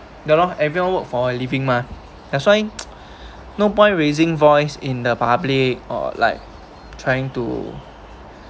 ya lor everyone work for living mah that's why no point raising voice in the public or like trying to